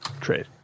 trade